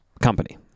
company